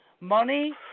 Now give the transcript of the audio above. Money